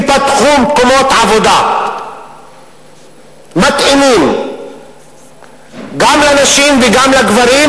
וייפתחו מקומות עבודה מתאימים גם לנשים וגם לגברים,